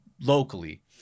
locally